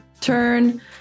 turn